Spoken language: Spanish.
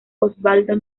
osvaldo